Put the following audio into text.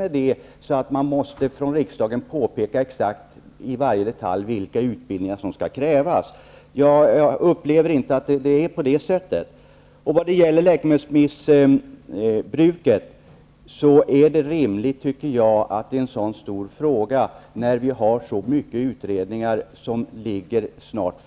Jag tror därför inte att riksdagen i varje detalj behöver påpeka vilka utbildningar som krävs. När det gäller läkemedelsmissbruk har vi många utredningar som snart kommer att vara färdiga. Jag tycker därför att det är rimligt att vi tar ställning till frågan när dessa utredningar är klara. Jag tror